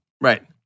Right